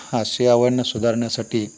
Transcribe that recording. असे आवडणं सुधारण्यासाठी